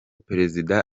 perezida